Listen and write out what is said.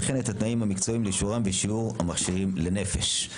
וכן את התנאים המקצועיים לאישורם ושיעור המכשירים לנפש.